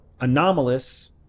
anomalous